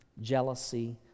jealousy